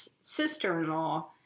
sister-in-law